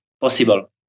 possible